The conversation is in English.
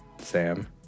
Sam